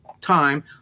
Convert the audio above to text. time